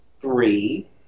three